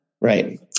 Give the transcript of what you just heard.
Right